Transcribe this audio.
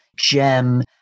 gem